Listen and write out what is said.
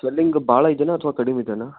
swelling ಭಾಳ ಇದೆಯಾ ಅಥ್ವಾ ಕಡಿಮೆ ಇದೆಯಾ